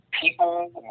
people